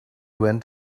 went